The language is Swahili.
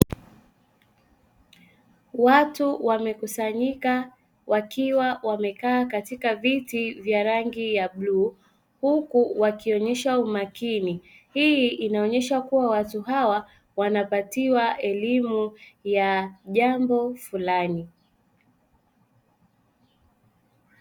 Watu wamekusanyika wakiwa wamekaa katika viti vya rangi ya bluu huku wakionyesha umakini. Hii inaonyesha kuwa watu hawa wanapatiwa elimu ya jambo fulani.